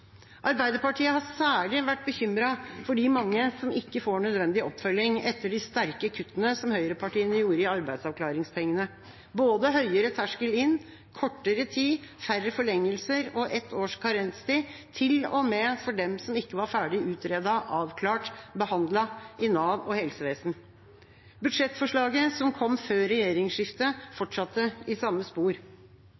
Arbeiderpartiet har særlig vært bekymret for de mange som ikke får nødvendig oppfølging etter de sterke kuttene som høyrepartiene gjorde i arbeidsavklaringspengene, både høyere terskel inn, kortere tid, færre forlengelser og ett års karenstid, til og med for dem som ikke var ferdig utredet, avklart og behandlet i Nav og helsevesen. Budsjettforslaget som kom før regjeringsskiftet,